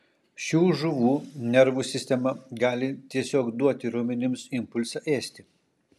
šių žuvų nervų sistema gali tiesiog duoti raumenims impulsą ėsti